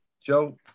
Joe